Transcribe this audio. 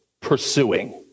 pursuing